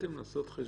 ניסיתם לעשות חשבון,